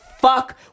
fuck